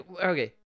okay